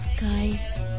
guys